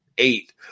eight